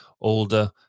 older